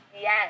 Yes